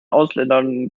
ausländern